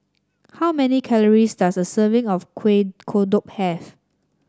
how many calories does a serving of Kuih Kodok have